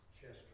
Chester